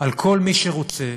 על כל מי שרוצה